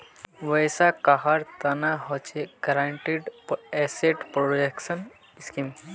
वैसा कहार तना हछेक गारंटीड एसेट प्रोटेक्शन स्कीम